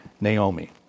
Naomi